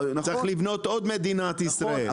צריך לבנות עוד מדינת ישראל.